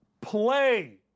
play